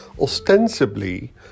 ostensibly